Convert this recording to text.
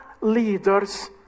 leaders